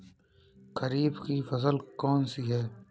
खरीफ की फसल कौन सी है?